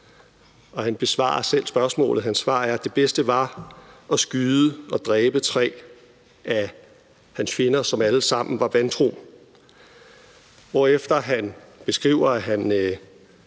Han besvarer selv spørgsmålet. Hans svar er: Det bedste var at skyde og dræbe tre af mine fjender, som alle sammen var vantro. Derefter beskriver han,